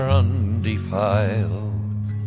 undefiled